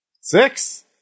Six